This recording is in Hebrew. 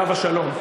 עליו השלום.